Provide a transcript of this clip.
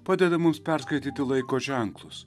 padeda mums perskaityti laiko ženklus